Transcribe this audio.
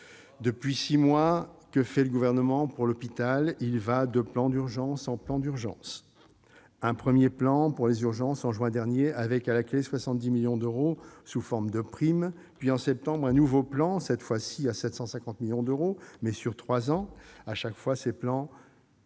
Depuis six mois, que fait le Gouvernement pour l'hôpital ? Il va de plan d'urgence en plan d'urgence : un premier plan pour les urgences, en juin dernier, et, à la clé, 70 millions d'euros sous forme de primes ; puis, en septembre, un nouveau plan, à 750 millions d'euros cette fois, mais sur trois ans, ces deux plans